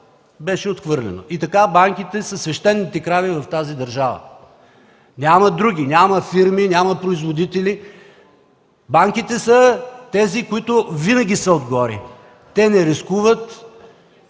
беше отхвърлено. И така, банките са свещените крави в тази държава. Няма други, няма фирми, няма производители. Банките са тези, които винаги са отгоре. Те не рискуват,